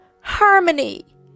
harmony